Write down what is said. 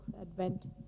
Advent